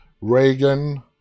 Reagan